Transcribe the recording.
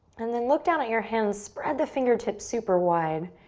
and then look down at your hands. spread the fingertips super wide.